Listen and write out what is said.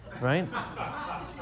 Right